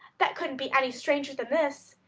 that couldn't be any stranger than this.